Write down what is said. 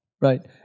Right